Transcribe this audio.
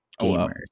gamers